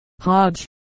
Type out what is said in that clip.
Hodge